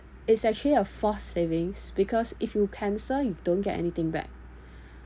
it's actually a force savings because if you cancel you don't get anything back